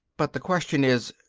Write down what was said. but the question is,